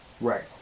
Right